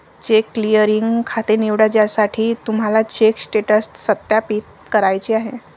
check clearing खाते निवडा ज्यासाठी तुम्हाला चेक स्टेटस सत्यापित करायचे आहे